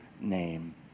name